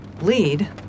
Lead